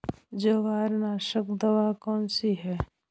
जवारनाशक दवा कौन सी है?